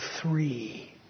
three